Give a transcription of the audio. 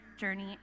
journey